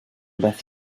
beth